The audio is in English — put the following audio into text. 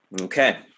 Okay